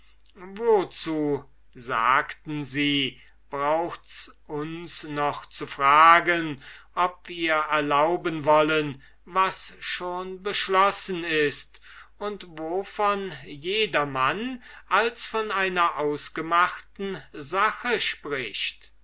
wozu sagten sie braucht's uns noch zu fragen ob wir erlauben wollen was schon beschlossen ist und wovon jedermann als von einer ausgemachten sache spricht